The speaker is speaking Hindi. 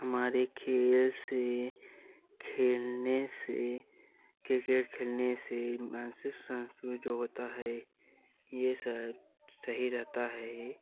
हमारे खेल से खेलने से क्रिकेट खेलने से मानसिक संतुलन जो होता है ये सब सही रहता है